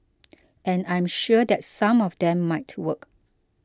and I am sure that some of them might work